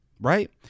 Right